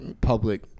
public